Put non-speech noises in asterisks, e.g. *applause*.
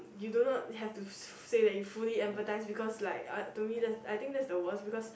you do not have to *noise* say that you fully empathise because like uh to me that I think that's the worst because